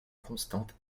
constante